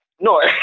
No